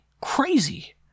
Crazy